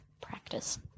practice